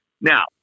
Now